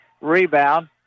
Rebound